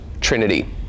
Trinity